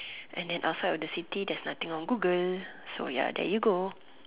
and then outside of the city there's nothing on Google so ya there you go